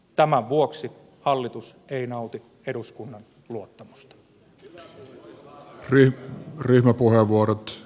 tämän vuoksi hallitus ei nauti eduskunnan luottamusta